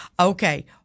Okay